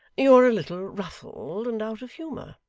you are a little ruffled and out of humour.